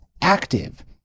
active